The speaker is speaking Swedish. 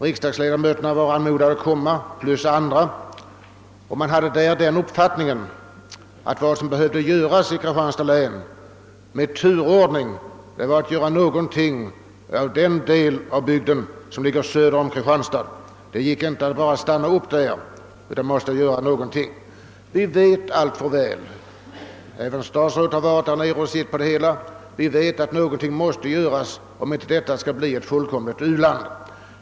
Riksdagsledamöterna plus andra var anmodade att komma, och man gav då uttryck för den uppfattningen att vad som behövde göras i Kristianstads län med förtur var att förbättra den del av bygden som ligger söder om Kristianstad. Det gick inte att stanna upp utan någonting måste göras. Vi vet alltför väl även herr statsrådet har varit där nere och studerat förhållandena — att någonting måste göras, om inte denna del av Sverige skall bli ett fullkomligt u-land.